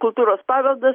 kultūros paveldas